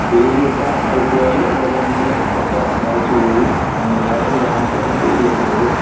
daily വെട്ടാൻ വെട്ടിയാൽ റബറിന്റെ പട്ട മരച്ച് പോവും യാതൊരു കാരണവശാലും ഡേയ്ലി വെട്ടരുത്